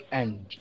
end